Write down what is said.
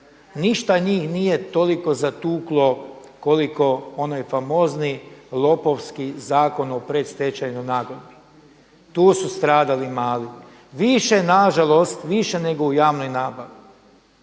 ništa njih nije toliko zatuklo koliko onaj famozni lopovski zakon o predstečajnoj nagodbi, tu su stradali mali. više nažalost, više nego u javnoj nabavi.